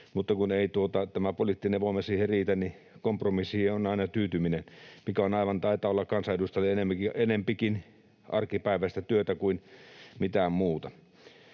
mutta kun ei tämä poliittinen voima siihen riitä, niin kompromissiin on aina tyytyminen, mikä taitaa olla kansanedustajille enempikin arkipäiväistä työtä kuin mitään muuta.